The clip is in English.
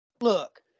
Look